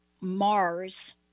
Mars